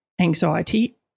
anxiety